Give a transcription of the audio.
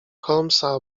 holmesa